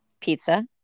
pizza